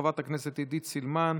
חברת הכנסת עידית סילמן,